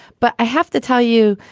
but i have to tell you,